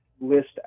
list